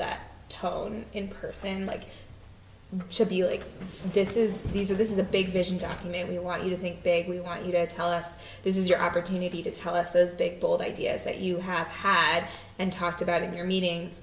that tone in person like this is these are this is a big vision document we want you to think big we want you to tell us this is your opportunity to tell us those big bold ideas that you have had and talked about in your meetings